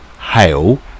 hail